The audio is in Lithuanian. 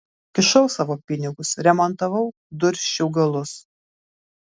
kišau savo pinigus remontavau dursčiau galus